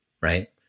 Right